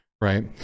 Right